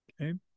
Okay